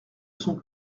son